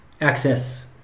access